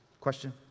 Question